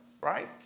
right